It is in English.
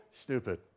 stupid